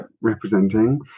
representing